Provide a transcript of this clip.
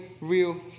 real